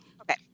Okay